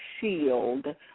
shield